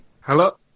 Hello